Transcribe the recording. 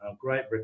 great